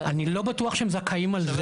אבל -- אני לא בטוח שהם זכאים על זה.